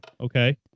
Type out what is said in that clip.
Okay